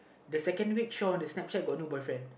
the second week show on the Snapchat got no boyfriend